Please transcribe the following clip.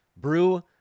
Brew